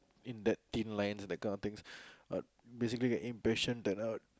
in that thin lines that kind of things uh basically the impression that I